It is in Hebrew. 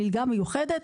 מלגה קיום מיוחדת,